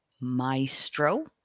Maestro